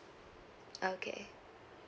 okay